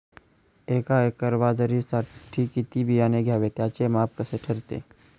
एका एकर बाजरीसाठी किती बियाणे घ्यावे? त्याचे माप कसे ठरते?